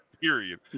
period